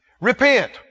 Repent